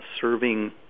serving